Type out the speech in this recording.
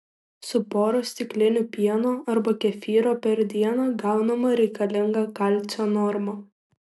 su pora stiklinių pieno arba kefyro per dieną gaunama reikalinga kalcio norma